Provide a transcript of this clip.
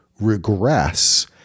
regress